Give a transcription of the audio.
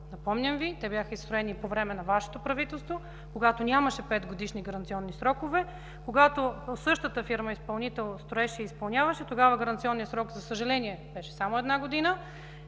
Напомням Ви, че те бяха строени по време на Вашето правителство, когато нямаше 5-годишни гаранционни срокове. Когато същата фирма изпълнител строеше и изпълняваше, тогава гаранционният срок, за съжаление, беше само една година.